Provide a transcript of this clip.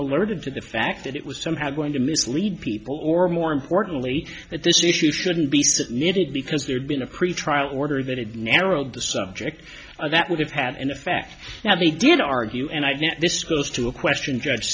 alerted to the fact that it was somehow going to mislead people or more importantly that this issue shouldn't be submitted because there'd been a pretrial order that had narrowed the subject and that would have had an effect now he did argue and i've met this goes to a question judge